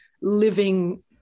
living